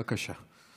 בבקשה.